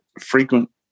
frequent